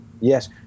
Yes